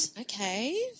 Okay